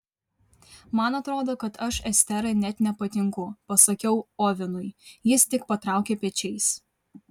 man atrodo kad aš esterai net nepatinku pasakiau ovenui jis tik patraukė pečiais